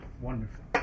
Wonderful